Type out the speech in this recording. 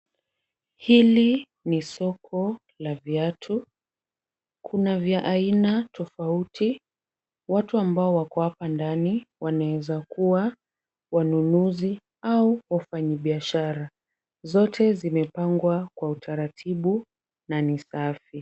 Hili ni soko la viatu. Kuna vya aina tofauti. Watu ambao wako hapa ndani wanaeza kuwa wanunuzi au wafanyibiashara. Zote zimepangwa kwa utaratibu na ni safi.